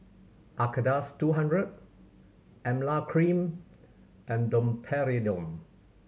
Acardust two hundred Emla Cream and Domperidone